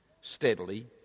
steadily